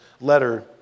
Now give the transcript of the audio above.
letter